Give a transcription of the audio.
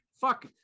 fuck